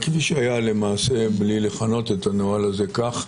כפי שהיה למעשה בלי לכנות את הנוהל הזה כך,